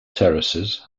terraces